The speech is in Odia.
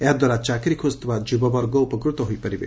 ଏହାଦ୍ୱାରା ଚାକିରି ଖୋକୁଥିବା ଯୁବବର୍ଗ ଉପକୃତ ହୋଇପାରିବେ